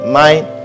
mind